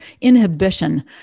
inhibition